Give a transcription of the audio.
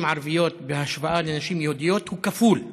ערביות בהשוואה לנשים יהודיות הוא כפול.